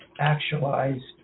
actualized